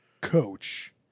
coach